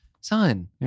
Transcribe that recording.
son